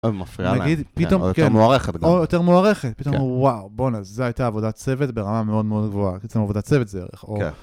פתאום יותר מוערכת פתאום וואו בואנה זה הייתה עבודת צוות ברמה מאוד מאוד גבוהה, עבודה צוות זה ערך אור.